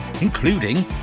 including